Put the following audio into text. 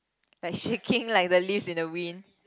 like shaking like the leaves in the wind